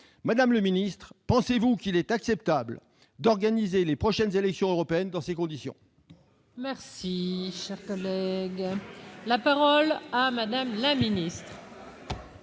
Madame le ministre, pensez-vous qu'il soit acceptable d'organiser les prochaines élections européennes dans ces conditions ? Carrément ! La parole est à Mme la ministre.